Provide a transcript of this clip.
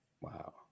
Wow